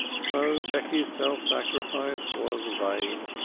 so becky's self-sacrifice was vain,